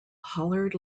hollered